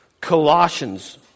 Colossians